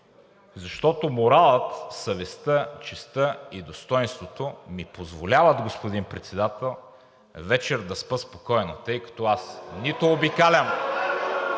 винаги. Моралът, съвестта, честта и достойнството ми позволяват, господин Председател, вечер да спя спокойно, тъй като аз (шум и